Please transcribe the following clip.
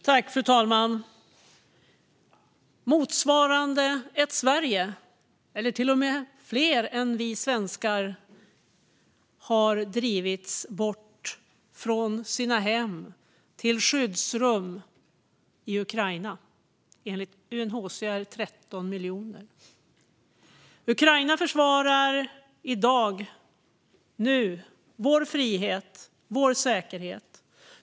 Fru talman! Befolkning motsvarande ett Sverige eller till och med mer har drivits bort från sina hem till skyddsrum i Ukraina. Enligt UNHCR är det 13 miljoner. Ukraina försvarar i dag, nu, vår frihet och vår säkerhet.